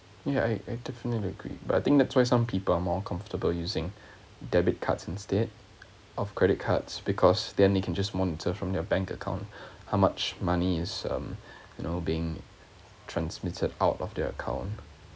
ya I I definitely agree but I think that's why some people are more comfortable using debit cards instead of credit cards because then you can just monitor from your bank account how much money is um you know being transmitted out of their account